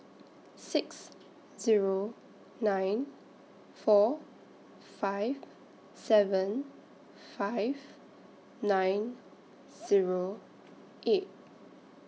six Zero nine four five seven five nine Zero eight